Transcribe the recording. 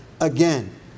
again